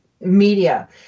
media